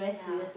yeah